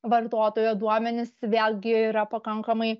vartotojo duomenys vėlgi yra pakankamai